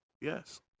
yes